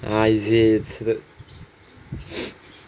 ah is it so